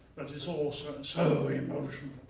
but it's all so so emotional.